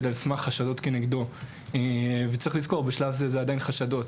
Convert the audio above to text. על סמך החשדות כנגדו וצריך לזכור שבשלב זה אלה עדיין חשדות,